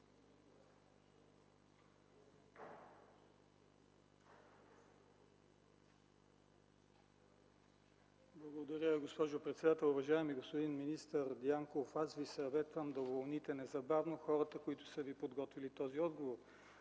Благодаря, госпожо председател. Уважаеми министър Дянков, аз Ви съветвам да уволните незабавно хората, които са Ви подготвили този отговор,